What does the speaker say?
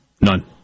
None